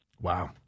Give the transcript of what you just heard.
Wow